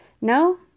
No